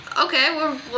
Okay